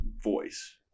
voice